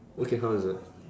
okay how is it